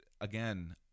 again